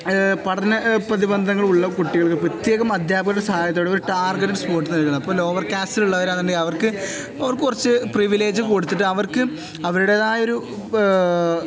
പഠന പ്രതിബന്ധങ്ങളുള്ള കുട്ടികൾക്ക് പ്രത്യേകം അധ്യാപകരുടെ സഹായത്തോടുകൂടി ഒരു ടാർഗറ്റഡ് സ്പോർട്ട് നൽകണം ഇപ്പോള് ലോവർ കാസ്റ്റിലുള്ളവരാണെന്നുണ്ടെങ്കില് അവർക്ക് അവർക്ക് കുറച്ച് പ്രിവിലേജ് കൊടുത്തിട്ട് അവർക്ക് അവരുടേതായ ഒരു